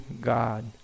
God